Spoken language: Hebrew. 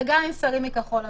וגם עם שרים מכחול לבן.